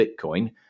Bitcoin